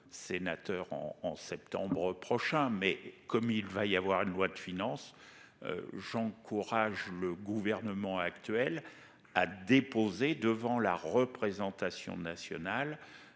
sénateur en en septembre prochain. Mais comme il va y avoir une loi de finances. J'encourage le gouvernement actuel a déposé devant la représentation nationale.